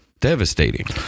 devastating